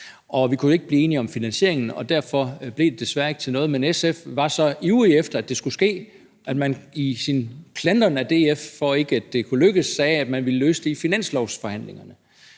Vi kunne ikke blive enige om finansieringen, og derfor blev det desværre ikke til noget, men SF var så ivrige efter, at det skulle ske, at man i sin klandring af DF for, at det ikke kunne lykkes, sagde, at man ville løse det i finanslovsforhandlingerne.